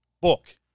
book